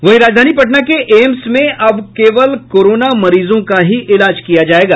वहीं राजधानी पटना के एम्स में अब केवल कोरोना मरीजों का ही इलाज किया जायेगा